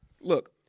Look